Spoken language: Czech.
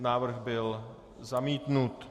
Návrh byl zamítnut.